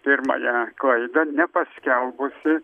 pirmąją klaidą nepaskelbusi